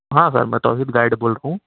ہاں سر میں توحید گائیڈ بول رہا ہوں